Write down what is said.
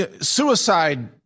suicide